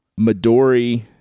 Midori